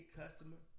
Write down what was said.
customer